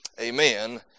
amen